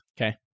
Okay